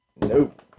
Nope